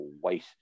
white